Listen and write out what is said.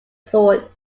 thought